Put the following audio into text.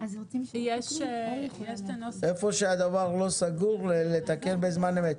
תכף נתייחס לתיקונים.